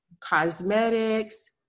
cosmetics